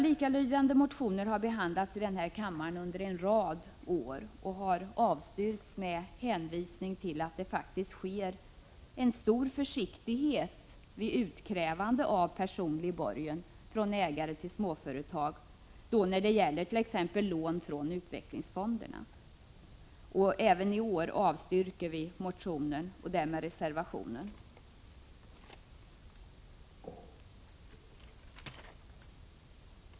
Likalydande motioner har behandlats i den här kammaren under en rad år och avstyrkts med hänvisning till att det faktiskt råder stor försiktighet vid utkrävande av personlig borgen från ägare till småföretag när det gäller t.ex. lån från utvecklingsfonder. Även i år avstyrker vi motionen och därmed reservationen.